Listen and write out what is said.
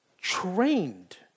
trained